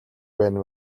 байна